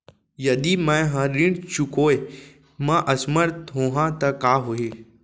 यदि मैं ह ऋण चुकोय म असमर्थ होहा त का होही?